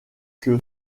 que